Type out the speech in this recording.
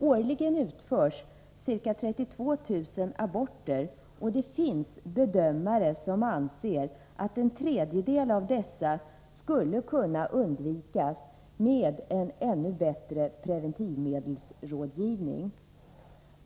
Årligen utförs ca 32 000 aborter, och det finns bedömare som anser att en tredjedel av dessa skulle kunna undvikas med en ännu bättre preventivmedelsrådgivning.